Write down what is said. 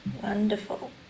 Wonderful